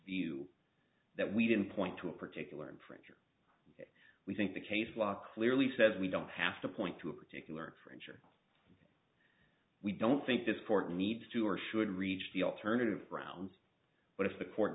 view that we didn't point to a particular infringement we think the case law clearly says we don't have to point to a particular friendship we don't think this court needs to or should reach the alternative grounds but if the court